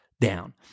down